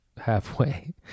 Halfway